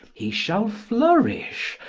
he shall flourish,